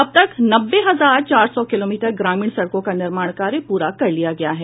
अब तक नब्बे हजार चार सौ किलोमीटर ग्रामीण सड़कों का निर्माण कार्य पूरा कर लिया गया है